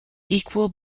equal